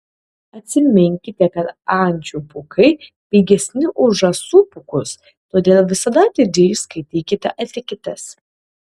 atsiminkite kad ančių pūkai pigesni už žąsų pūkus todėl visada atidžiai skaitykite etiketes